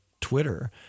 Twitter